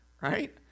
Right